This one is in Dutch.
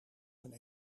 zijn